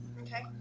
okay